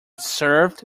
served